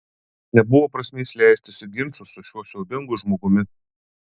nebuvo prasmės leistis į ginčus su šiuo siaubingu žmogumi